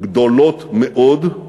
גדולות מאוד,